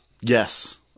Yes